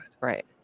Right